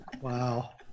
Wow